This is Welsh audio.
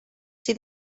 sydd